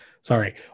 Sorry